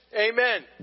Amen